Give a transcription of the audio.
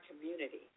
community